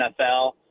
NFL